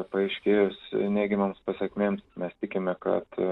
paaiškėjus neigiamoms pasekmėms mes tikime kad